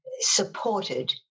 supported